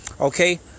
okay